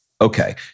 Okay